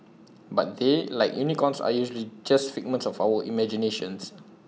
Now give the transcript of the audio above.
but they like unicorns are usually just figments of our imagination